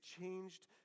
changed